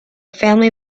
family